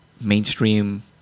mainstream